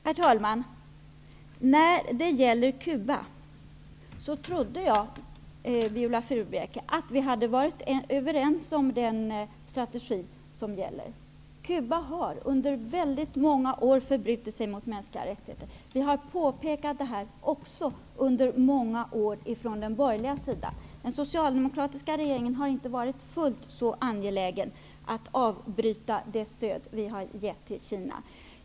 Herr talman! När det gäller Cuba trodde jag, Viola Furubjelke, att vi hade varit överens om den strategi som gäller. Cuba har under väldigt många år förbrutit sig mot mänskliga rättigheter. Vi har påpekat det under många år från den borgerliga sidan, men den socialdemokratiska regeringen har inte varit fullt så angelägen att avbryta det stöd som Sverige har gett till Cuba.